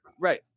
Right